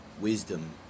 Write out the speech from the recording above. wisdom